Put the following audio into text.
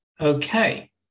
Okay